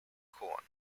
corn